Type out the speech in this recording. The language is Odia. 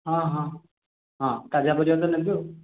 ହଁ ହଁ ହଁ ତାଜା ପରିବା ତ ନେବି ଆଉ